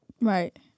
Right